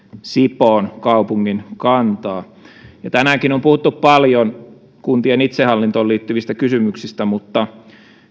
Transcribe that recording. sipoon kaupungin kantaa tänäänkin on puhuttu paljon kuntien itsehallintoon liittyvistä kysymyksistä mutta